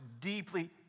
deeply